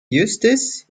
eustace